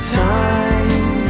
time